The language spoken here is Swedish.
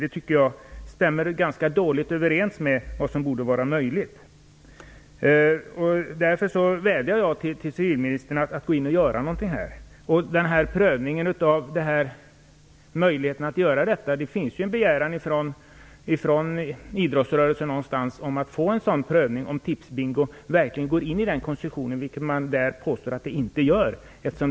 Det tycker jag stämmer ganska dåligt överens med vad som borde vara möjligt. Jag vädjar därför till civilministern att gå in och göra något. Vad gäller möjligheterna att göra detta finns det en begäran från idrottsrörelsen om att få en prövning av om Tipsbingo verkligen ryms i koncession, vilket man där påstår att den inte gör.